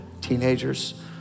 teenagers